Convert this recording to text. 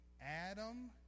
Adam